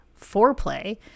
foreplay